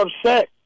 upset